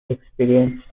experience